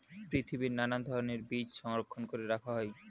পৃথিবীর নানা ধরণের বীজ সংরক্ষণ করে রাখা হয়